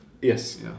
Yes